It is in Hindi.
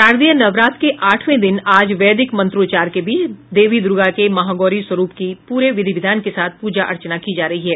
शारदीय नवरात्र के आठवें दिन आज वैदिक मंत्रोच्चार के बीच देवी दुर्गा के महागौरी स्वरूप की पूरे विधि विधान के साथ पूजा अर्चना की जा रही है